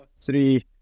three